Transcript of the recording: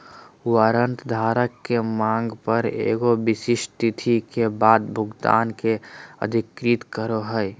warrant धारक के मांग पर एगो विशिष्ट तिथि के बाद भुगतान के अधिकृत करो हइ